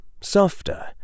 softer